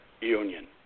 union